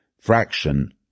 fraction